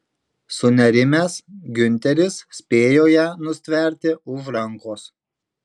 sunerimęs giunteris spėjo ją nustverti už rankos